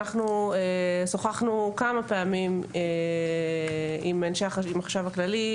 שוחחנו כמה פעמים עם החשב הכללי,